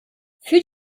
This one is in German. führt